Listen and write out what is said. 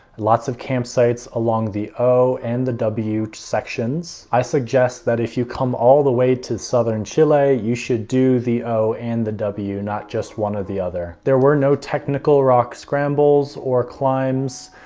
lots of campsites along the o and the w sections. i suggest that if you come all the way to southern chile, you should do the o and the w, not just one or the other. there were no technical rock scrambles or climbs.